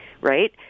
right